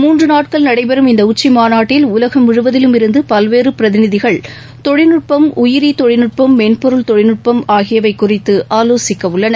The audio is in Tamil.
மூன்று நாட்கள் நடைபெறும் இந்த உச்சிமாநாட்டில் உலகம் முழுவதிலும் இருந்து பல்வேறு பிரதிநிதிகள் தொழில்நுட்பம் உயிரி தொழில்நுட்பம் மென்பொருள் தொழில்நுட்பம் ஆகியவை குறித்து ஆலோசிக்க உள்ளனர்